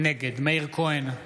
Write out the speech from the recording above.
נגד מאיר כהן,